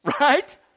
Right